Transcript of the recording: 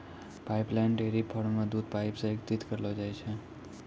pipeline dairy farm म दूध pipe सें एकत्रित करलो जाय छै